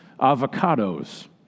avocados